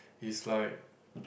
it's like